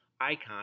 icon